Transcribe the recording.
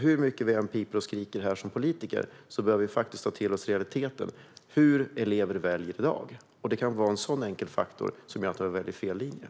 Hur mycket vi som politiker än piper och skriker här behöver vi faktiskt ta till oss realiteter, alltså hur elever väljer i dag. Det kan vara en så enkel faktor som gör att man väljer fel program.